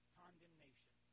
condemnation